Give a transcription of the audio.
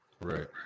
Right